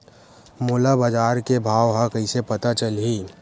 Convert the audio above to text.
मोला बजार के भाव ह कइसे पता चलही?